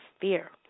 fear